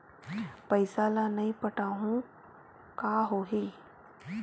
पईसा ल नई पटाहूँ का होही?